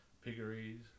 piggeries